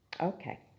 Okay